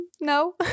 no